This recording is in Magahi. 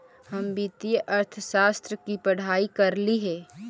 हम वित्तीय अर्थशास्त्र की पढ़ाई करली हे